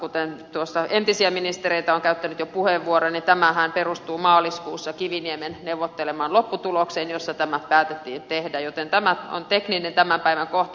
tuossa eräs entisistä ministereistä on jo käyttänyt puheenvuoron ja tämähän perustuu maaliskuussa kiviniemen neuvottelemaan lopputulokseen jossa tämä päätettiin tehdä joten tämä tämän päivän kohta on tekninen